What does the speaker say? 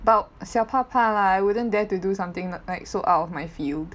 but 小怕怕 lah I wouldn't dare to do something like so out of my field